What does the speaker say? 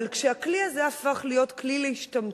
אבל כשהכלי הזה הפך להיות כלי להשתמטות,